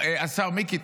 השר מיקי,